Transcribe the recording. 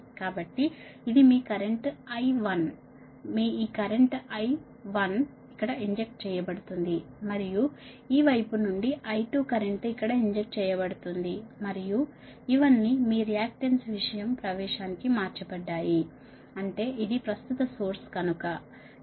కాబట్టి ఇది మీ కరెంట్ మీ ఈ కరెంట్ ఇక్కడ ఇంజెక్ట్ చేయబడుతోంది మరియు ఈ వైపు నుండి కరెంట్ ఇక్కడ ఇంజెక్ట్ చేయబడుతోంది మరియు ఇవన్నీ మీ రియాక్టన్స్ విషయం ప్రవేశానికి మార్చబడ్డాయి అంటే ఇది ప్రస్తుత సోర్స్ కనుక ఇది